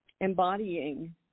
embodying